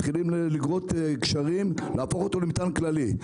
מתחילים --- להפוך אותו למטען כללי.